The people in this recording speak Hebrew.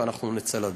ואנחנו נצא לדרך.